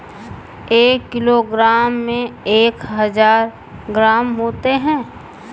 एक किलोग्राम में एक हजार ग्राम होते हैं